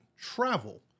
travel